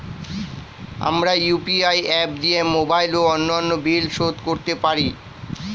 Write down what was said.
আমরা UPI app দিয়ে mobile ও অন্যান্য বিল শোধ করতে পারি